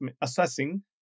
assessing